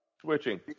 switching